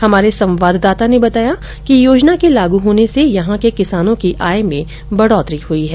हमारे संवाददाता ने बताया कि योजना के लागू होने से यहां के किसानों की आय में बढ़ोतरी हुई है